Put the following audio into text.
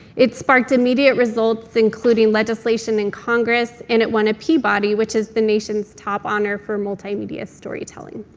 it sparked immediate results, including legislation in congress, and it won a peabody, which is the nation's top honor for multimedia storytelling.